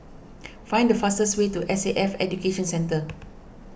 find the fastest way to S A F Education Centre